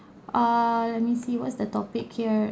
err let me see what's the topic here